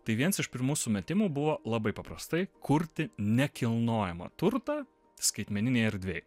tai viens iš pirmų sumetimų buvo labai paprastai kurti nekilnojamą turtą skaitmeninėj erdvėj